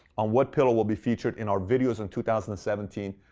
on what pillow will be featured in our videos in two thousand and seventeen,